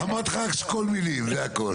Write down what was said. קיבלת רשות, אמרתי לך רק שקול מילים, זה הכול.